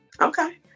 Okay